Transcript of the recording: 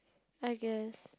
I guess